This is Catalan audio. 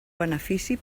benefici